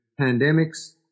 pandemics